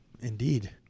Indeed